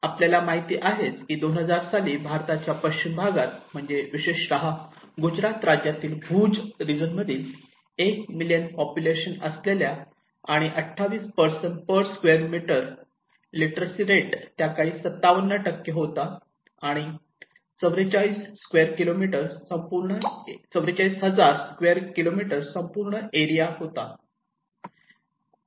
आपल्याला माहिती आहेच की 2001 साली भारताच्या पश्चिम भागात म्हणजे विशेषता गुजरात राज्यातील भुज रिजन मधील एक मिलियन पॉप्युलेशन असलेल्या आणि 28 person per square kilometre literacy rate त्याकाळी 57 होता आणि 44000 स्क्वेअर किलोमीटर संपूर्ण एरिया होता